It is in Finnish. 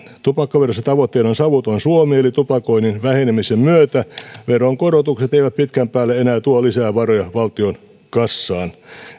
tupakkaverossa tavoitteena on savuton suomi eli tupakoinnin vähenemisen myötä veronkorotukset eivät pitkän päälle enää tuo lisää varoja valtion kassaan